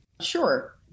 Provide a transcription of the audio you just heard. Sure